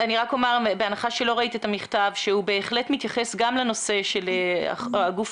בהנחה שלא ראית את המכתב שהוא בהחלט מתייחס גם לנושא של הגוף